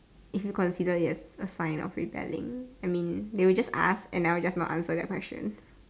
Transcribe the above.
if you consider it a sign of rebelling I mean they will just ask and I will just not answer their question